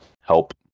help